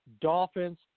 Dolphins